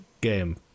game